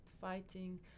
fighting